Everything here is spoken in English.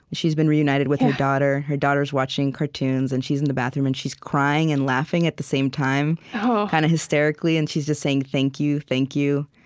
she's been reunited with her daughter. her daughter's watching cartoons, and she's in the bathroom. and she's crying and laughing at the same time, kind of hysterically. and she's just saying, thank you, thank you.